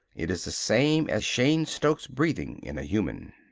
it is the same as cheyne-stokes breathing in a human.